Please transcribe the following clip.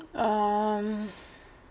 um